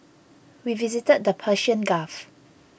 we visited the Persian Gulf